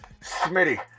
Smitty